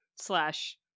Slash